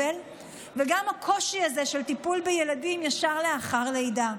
וגם הקושי של טיפול בילדים מייד לאחר לידה.